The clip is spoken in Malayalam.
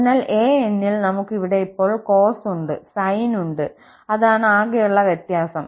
അതിനാൽ an ൽ നമുക്ക് ഇവിടെ ഇപ്പോൾ cos ഉണ്ട് sine ഉണ്ട് അതാണ് ആകെയുള്ള വ്യത്യാസം